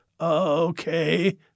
Okay